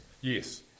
Yes